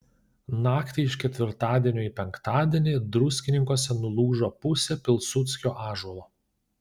naktį iš ketvirtadienio į penktadienį druskininkuose nulūžo pusė pilsudskio ąžuolo